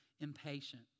impatient